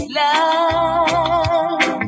love